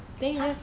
!huh!